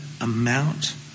amount